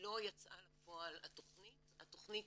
לא יצאה לפועל התכנית המקורית.